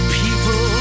people